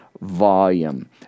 volume